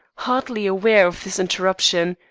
hardly aware of this interruption.